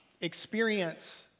experience